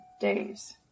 days